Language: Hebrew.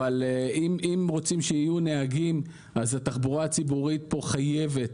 אבל אם רוצים שיהיו נהגים אז התחבורה הציבורית חייבת,